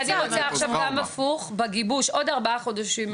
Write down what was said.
אז אני רוצה עכשיו גם הפוך בגיבוש עוד ארבעה חודשים.